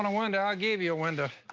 and window, i'll give you a window.